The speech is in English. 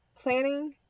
planning